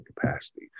capacity